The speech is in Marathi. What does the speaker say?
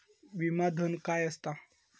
विमा धन काय असता?